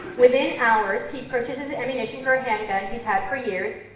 within hours he purchases ammunition for a handgun he's had for years,